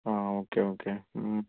okay okay